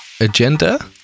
Agenda